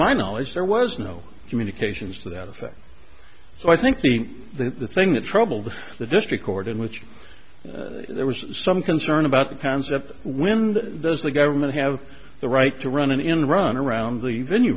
my knowledge there was no communications to that effect so i think that the thing that troubled the district court in which there was some concern about the concept when the does the government have the right to run an end run around the venue